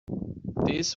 this